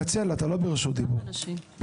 אכן הניסיון